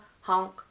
honk